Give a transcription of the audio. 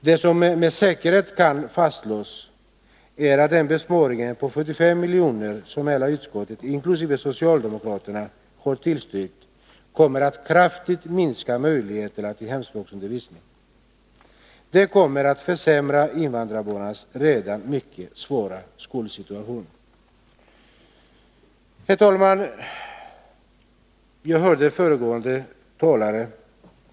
Det som med säkerhet kan fastslås är att den besparing på 45 miljoner som hela utskottet, inkl. socialdemokraterna, har tillstyrkt kommer att kraftigt minska möjligheterna till hemspråksundervisning. Den kommer att försämra invandrarbarnens redan mycket svåra skolsituation. Herr talman!